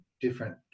different